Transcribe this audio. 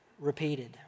repeated